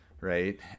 right